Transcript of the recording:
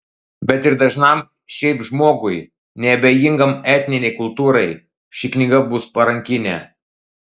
bet ir dažnam šiaip žmogui neabejingam etninei kultūrai ši knyga bus parankinė